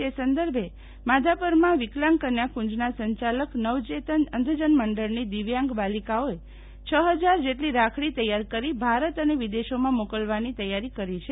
તે સંદર્ભે માધાપરમાં વિકલાંગ કન્યાકુંજના સંચાલક નવચેતન અંધજન મંડળની દિવ્યાંગ બાલિકાઓએ છ હજાર જેટલી રાખડી તૈયાર કરી ભારત ૈ ને વિદેશોમાં મોકલવાની તૈયારી કરી છે